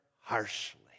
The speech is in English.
harshly